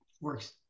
works